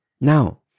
Now